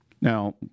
Now